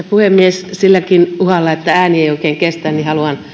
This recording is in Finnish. puhemies silläkin uhalla että ääni ei oikein kestä